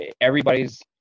everybody's